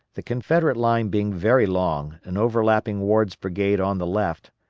the confederate line being very long, and overlapping ward's brigade on the left,